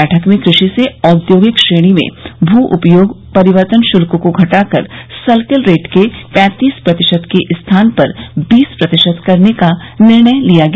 बैठक में कृषि से औद्योगिक श्रेणी में भू उपयोग परिवर्तन शुल्क को घटाकर सर्किल रेट के पैंतीस प्रतिशत के स्थान पर बीस प्रतिशत करने का निर्णय लिया गया